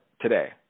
today